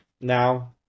now